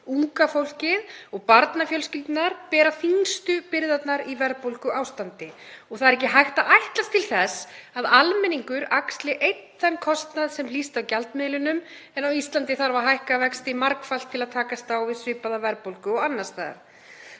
unga fólkið og barnafjölskyldurnar bera þyngstu byrðarnar í verðbólguástandi og það er ekki hægt að ætlast til þess að almenningur axli einn þann kostnað sem hlýst af gjaldmiðlinum, en á Íslandi þarf að hækka vexti margfalt til að takast á við svipaða verðbólgu og annars staðar.